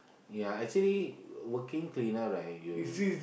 ya actually working cleaner right you